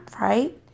right